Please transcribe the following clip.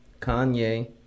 Kanye